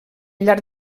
llarg